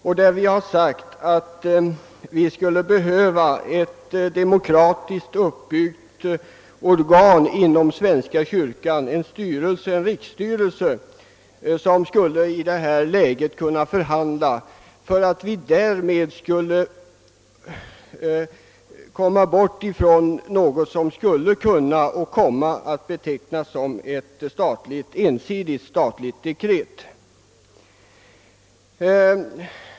Det sägs i detta program, att vi skulle behöva ett demokratiskt uppbyggt organ inom den svenska kyrkan, en riksstyrelse som i detta läge skulle kunna förhandla. Därmed skulle vi undvika något som kunde komma att betecknas som ett ensidigt statligt dekret.